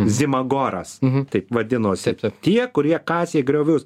zimagoras taip vadinosi tie kurie kasė griovius